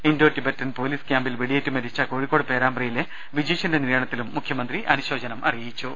Indo Tibetan police കൃാമ്പിൽ വെടി യേറ്റു മരിച്ച കോഴിക്കോട് പേരാമ്പ്രയിലെ വിജിഷീന്റെ നിര്യാണ ത്തിലും മുഖൃമന്ത്രി അനുശോചനം അറിയിച്ചു